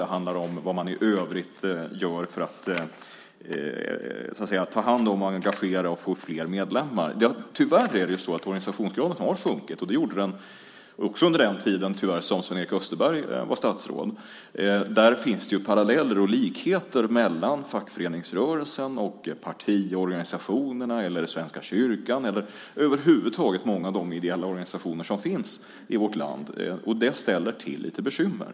Det handlar om vad man i övrigt gör för att ta hand om, engagera och få fler medlemmar. Tyvärr har organisationsgraden sjunkit. Det gjorde den också under den tid då Sven-Erik Österberg var statsråd. Där finns det paralleller och likheter mellan fackföreningsrörelsen och partiorganisationerna, Svenska kyrkan och andra ideella organisationer i vårt land. Det ställer till lite bekymmer.